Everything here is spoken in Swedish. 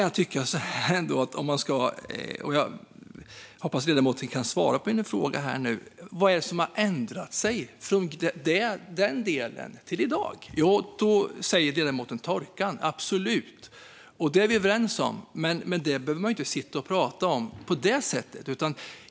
Jag hoppas att ledamoten kan svara på min fråga vad det är som har ändrat sig i den delen fram till i dag. Ledamoten nämner torkan. Så var det absolut, och det är vi överens om, men det behöver man inte prata om på det sättet.